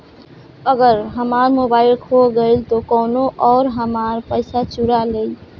अगर हमार मोबइल खो गईल तो कौनो और हमार पइसा चुरा लेइ?